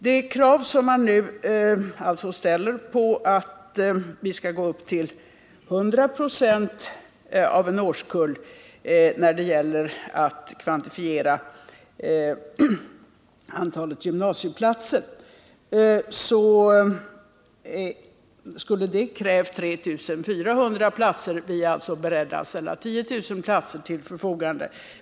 De krav som man nu alltså ställer att vi skall nå upp till 100 ”., av en årskull, när det gäller att kvantifiera antalet gymnasieplatser, skulle erfordra yuerligare 3400 platser. Vi är, som jag sagt i svaret, beredda att ställa 10000 årselevplatser i intagningsklasser till förfogande.